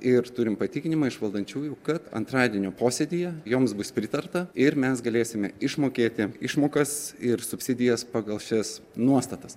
ir turim patikinimą iš valdančiųjų kad antradienio posėdyje joms bus pritarta ir mes galėsime išmokėti išmokas ir subsidijas pagal šias nuostatas